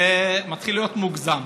זה מתחיל להיות מוגזם.